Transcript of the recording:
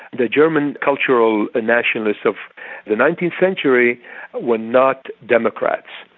the german cultural nationalists of the nineteenth century were not democrats,